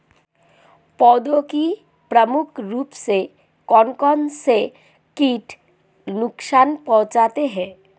पौधों को प्रमुख रूप से कौन कौन से कीट नुकसान पहुंचाते हैं?